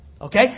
Okay